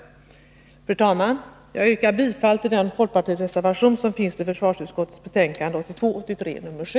Fru talman! Jag yrkar bifall till den folkpartireservation som har fogats till försvarsutskottets betänkande 1982/83:7.